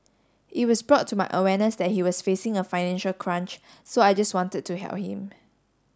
it was brought to my awareness that he was facing a financial crunch so I just wanted to help him